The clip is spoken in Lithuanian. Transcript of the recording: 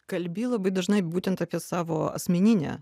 kalbi labai dažnai būtent apie savo asmeninę